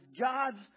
God's